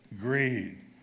greed